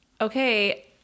okay